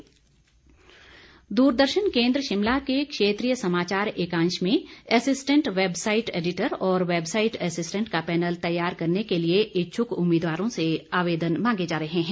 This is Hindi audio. आवेदन दूरदर्शन केंद्र शिमला के क्षेत्रीय समाचार एकांश में एसिस्टेंट वैबसाईट एडिटर और वैबसाईट एसिस्टेंट का पैनल तैयार करने के लिए इच्छ्क उम्मीदवारों से आवेदन मांगे जा रहे हैं